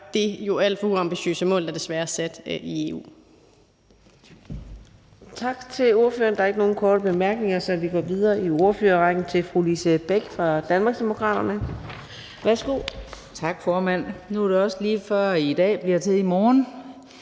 det alt for uambitiøse mål, der jo desværre er sat i EU.